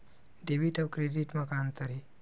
Debit अउ credit म का अंतर हे?